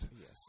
Yes